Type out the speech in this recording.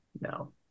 no